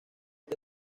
que